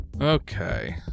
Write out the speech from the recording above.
okay